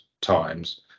times